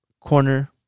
corner